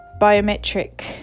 biometric